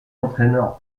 entraîneur